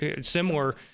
similar